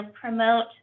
promote